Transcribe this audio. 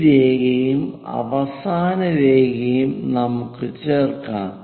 ഈ രേഖയും അവസാന രേഖയും നമുക്ക് ചേർക്കാം